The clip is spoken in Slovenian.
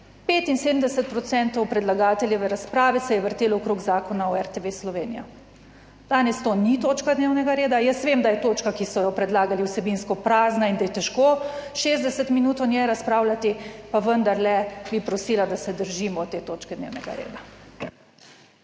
75 % predlagateljeve razprave se je vrtelo okrog Zakona o RTV Slovenija. Danes to ni točka dnevnega reda, jaz vem, da je točka, ki so jo predlagali, vsebinsko prazna in da je težko 60 minut o njej razpravljati, pa vendarle bi prosila, da se držimo te točke dnevnega reda.